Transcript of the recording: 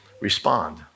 respond